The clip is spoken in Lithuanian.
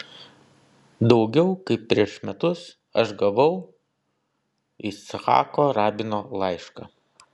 daugiau kaip prieš metus aš gavau icchako rabino laišką